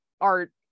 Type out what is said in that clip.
art